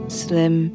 slim